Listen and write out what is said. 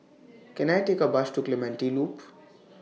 Can I Take A Bus to Clementi Loop